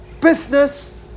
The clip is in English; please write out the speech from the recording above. business